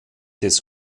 des